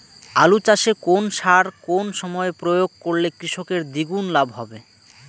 আলু চাষে কোন সার কোন সময়ে প্রয়োগ করলে কৃষকের দ্বিগুণ লাভ হবে?